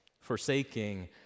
forsaking